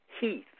Heath